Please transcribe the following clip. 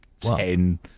ten